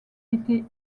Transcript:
été